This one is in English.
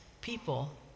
people